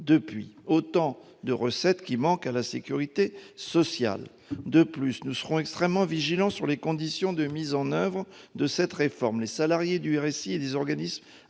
Ce sont autant de recettes qui manquent à la sécurité sociale ! De plus, nous serons extrêmement vigilants sur les conditions de mise en oeuvre de cette réforme. Les salariés du RSI et des organismes